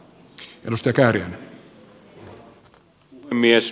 herra puhemies